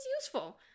useful